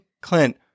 Clint